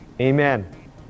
Amen